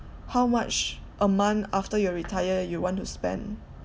how much a month after you retire you want to spend``